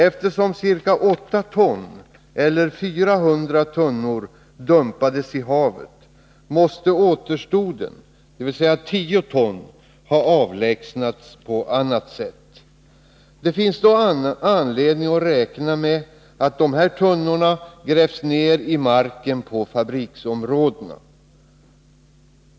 Eftersom ca 8 ton eller 400 tunnor dumpades i havet måste återstoden, dvs. 10 ton, ha avlägsnats på annat sätt. Det finns då anledning att räkna med att dessa tunnor har grävts ned i marken på fabriksområdet.